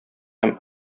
һәм